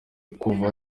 kuva